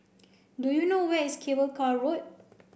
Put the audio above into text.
do you know where is Cable Car Road